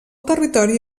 territori